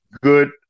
good